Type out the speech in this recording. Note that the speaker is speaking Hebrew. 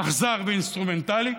אכזר ואינסטרומנטלי,